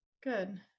Good